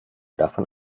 davon